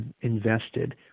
invested